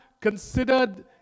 considered